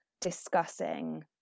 discussing